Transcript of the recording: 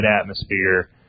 atmosphere